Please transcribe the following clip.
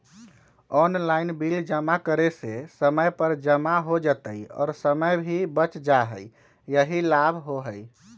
Online bill जमा करे से समय पर जमा हो जतई और समय भी बच जाहई यही लाभ होहई?